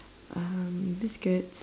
um biscuits